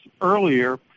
earlier